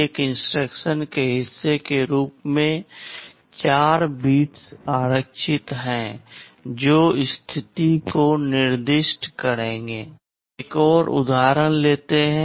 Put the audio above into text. एक इंस्ट्रक्शन के हिस्से के रूप में 4 बिट्स आरक्षित हैं जो स्थिति को निर्दिष्ट करेंगे एक और उदाहरण लेते हैं